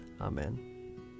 Amen